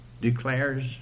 declares